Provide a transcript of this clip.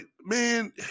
man